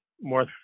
more